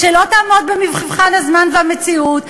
שלא תעמוד במבחן הזמן והמציאות.